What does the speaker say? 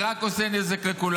זה רק עושה נזק לכולנו.